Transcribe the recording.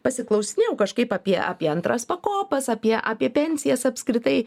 pasiklausinėjau kažkaip apie apie antras pakopas apie apie pensijas apskritai